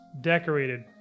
decorated